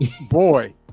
boy